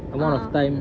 a'ah